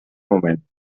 moment